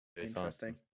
Interesting